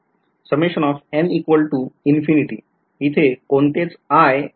आणि summation over n इथे कोणतेच i नाही